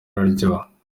araryoha